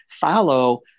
follow